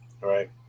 Right